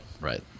Right